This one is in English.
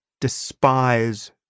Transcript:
despise